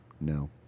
No